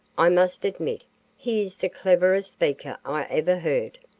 i must admit he is the cleverest speaker i ever heard.